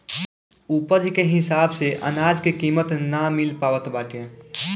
उपज के हिसाब से अनाज के कीमत ना मिल पावत बाटे